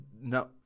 No